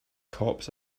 cops